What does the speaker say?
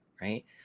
Right